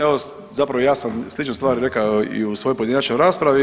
Evo, zapravo ja sam sličnu stvar rekao i u svojoj pojedinačnoj raspravi.